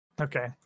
Okay